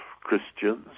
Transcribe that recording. Christians